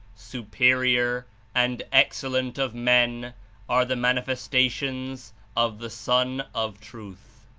superior and excellent of men are the manifestations of the sun of truth.